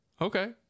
okay